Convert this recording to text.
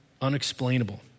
unexplainable